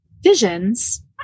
visions